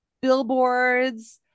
billboards